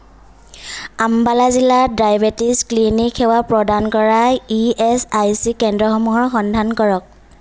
আম্বালা জিলাত diabetes clinic সেৱা প্ৰদান কৰা ইএচআইচি কেন্দ্ৰসমূহৰ সন্ধান কৰক